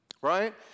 Right